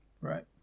right